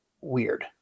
weird